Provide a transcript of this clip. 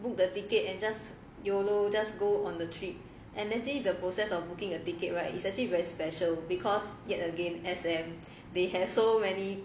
book the ticket and just YOLO just go on the trip and actually the process of booking a ticket right is actually very special because yet again S_M they have so many